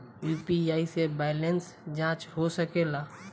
UPI से balance जाँच हो सके ला?